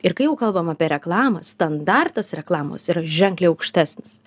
ir kai jau kalbam apie reklamą standartas reklamos yra ženkliai aukštesnis